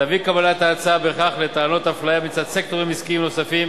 תביא קבלת ההצעה בכך לטענות אפליה מצד סקטורים עסקיים נוספים